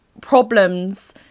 problems